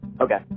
Okay